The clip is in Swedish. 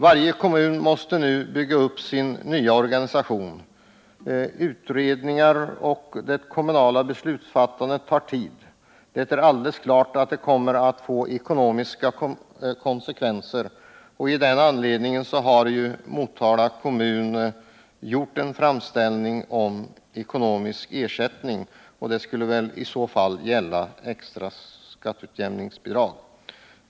Varje kommun måste nu bygga upp en ny organisation. Utredningar och det kommunala beslutsfattandet tar tid. Det är alldeles klart att delningen kommer att få ekonomiska konsekvenser. Av den anledningen har Motala kommun gjort en framställning om ekonomisk ersättning, som väl i så fall skulle gälla extra skatteutjämningsbidrag.